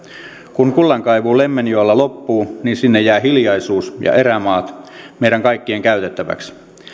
kun kullankaivuu lemmenjoella loppuu niin sinne jää hiljaisuus ja erämaat meidän kaikkien käytettäväksi